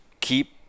keep